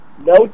no